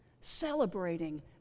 celebrating